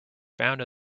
found